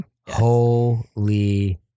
Holy